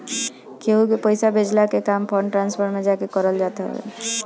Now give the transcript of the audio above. केहू के पईसा भेजला के काम फंड ट्रांसफर में जाके करल जात हवे